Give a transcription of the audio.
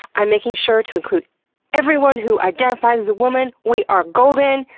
i'm making sure to include everyone who identifies as a woman. we are golden!